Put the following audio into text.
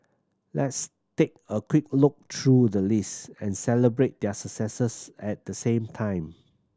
let's take a quick look through the list and celebrate their successes at the same time